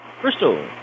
Crystal